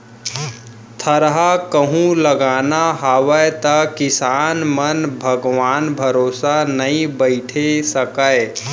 थरहा कहूं लगाना हावय तौ किसान मन भगवान भरोसा नइ बइठे सकयँ